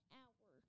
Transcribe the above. hour